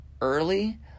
early